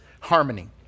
harmony